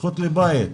הזכות לבית.